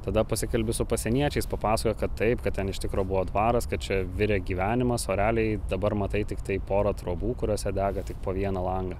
tada pasikalbi su pasieniečiais papasakoja kad taip kad ten iš tikro buvo dvaras kad čia virė gyvenimas o realiai dabar matai tiktai porą trobų kuriose dega tik po vieną langą